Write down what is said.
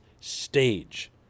stage